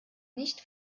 nicht